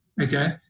okay